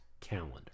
calendar